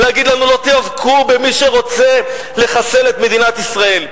להגיד לנו: לא תיאבקו במי שרוצה לחסל את מדינת ישראל.